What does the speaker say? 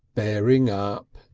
bearing up,